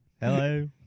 Hello